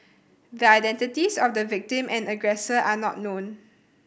the identities of the victim and aggressor are not known